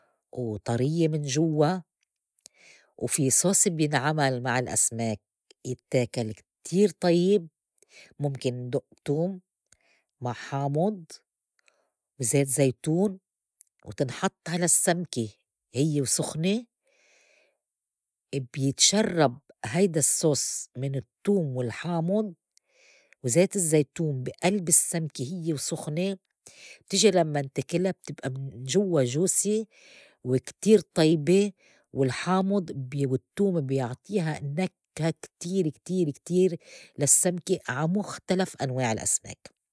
وطريّة من جوّا وفي صوص بينعمل مع الأسماك بيتّاكل كتير طيّب ممكن ندُق توم مع حامُض وزيت زيتون وتنحط على السّمكة هيّ وسُخنة ابيتشرّب هيدا الصّوص من التّوم والحامض وزيت الزّيتون بي قلب السّمكة هيّ وسخنة بتيجي لمّاً تاكلا بتبئى من جوّا جوسي وكتير طيبة والحامُض ب والتّوم بيعطيها نكهة كتير كتير كتير للسّمكة عا مُختلف أنواع الأسماك.